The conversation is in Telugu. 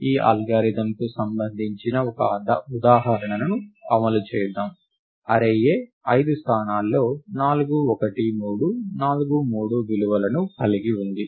ఈ అల్గోరిథంకు సంబంధించిన ఒక ఉదాహరణను అమలు చేద్దాం అర్రే A ఐదు స్థానాల్లో 4 1 3 4 3 విలువలను కలిగి ఉంది